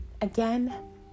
again